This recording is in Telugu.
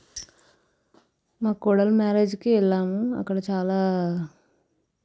మా కోడలు మ్యారేజ్కి వెళ్ళాము అక్కడ చాలా